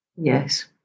Yes